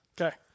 Okay